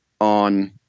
on